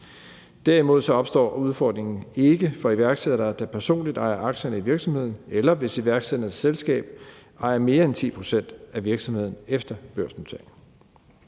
Derimod opstår udfordringen ikke for iværksættere, der personligt ejer aktierne i virksomheden, eller hvis iværksætternes selskab ejer mere end 10 pct. af virksomheden efter børsnoteringen.